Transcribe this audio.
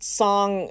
song